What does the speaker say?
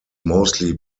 mostly